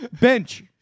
Bench